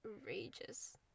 Outrageous